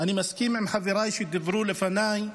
אני מסכים עם חבריי שדיברו לפניי